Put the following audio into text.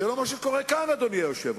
זה לא מה שקורה כאן, אדוני היושב-ראש.